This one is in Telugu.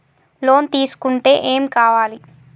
లోన్ తీసుకుంటే ఏం కావాలి?